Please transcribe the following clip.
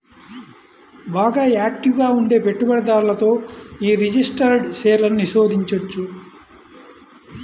బాగా యాక్టివ్ గా ఉండే పెట్టుబడిదారులతో యీ రిజిస్టర్డ్ షేర్లను నిషేధించొచ్చు